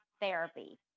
Therapy